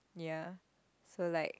ya so like